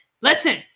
Listen